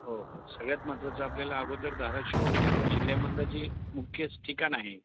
हो हो सगळ्यांत महत्त्वाचं आपल्याला अगोदर धाराशिव जिल्ह्यामधलं जे मुख्य स् ठिकाण आहे